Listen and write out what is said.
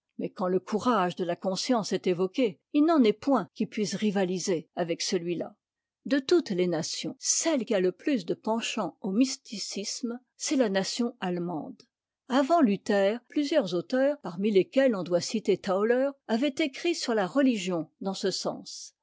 mais quand le courage de la conscience est évoqué il n'en est point qui puisse rivaliser avec celui-là de toutes les nations celle qui a le plus de penchant au mysticisme c'est la nation allemande avant luther plusieurs auteurs parmi lesquels on doit citer tauler avaient écrit sur la religion dans ce sens